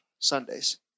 Sundays